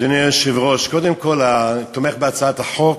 אדוני היושב-ראש, קודם כול, אני תומך בהצעת החוק.